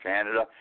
Canada